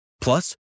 Plus